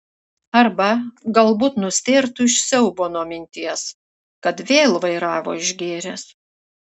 arba galbūt nustėrtų iš siaubo nuo minties kad vėl vairavo išgėręs